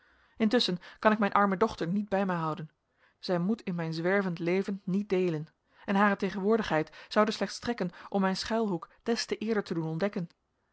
intusschen kan ik mijn arme dochter niet bij mij houden zij moet in mijn zwervend leven niet deelen en hare tegenwoordigheid zoude slechts strekken om mijn schuilhoek des te eerder te doen ontdekken